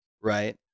right